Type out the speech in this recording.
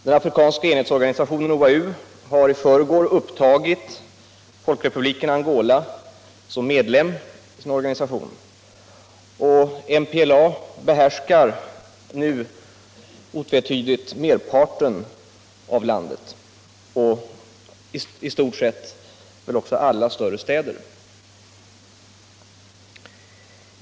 Den afrikanska enhetsorganisationen OAU har i förrgår upptagit folkrepubliken Angola som medlem i sin organisation, och MPLA behärskar nu otvetydigt merparten av landet och i stort sett också alla större städer.